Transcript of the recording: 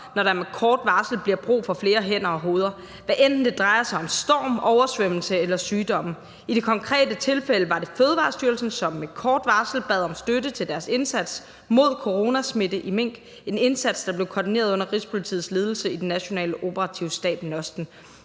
når der med kort varsel bliver brug for flere hænder og hoveder, hvad enten det drejer sig om storm, oversvømmelse eller sygdom. I det konkrete tilfælde var det Fødevarestyrelsen, der med kort varsel bad om støtte til deres indsats mod coronasmitten i mink – en indsats, der blev koordineret under Rigspolitiets ledelse i den nationale operative stab, NOST'en.